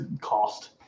cost